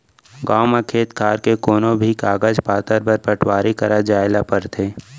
गॉंव म खेत खार के कोनों भी कागज पातर बर पटवारी करा जाए ल परथे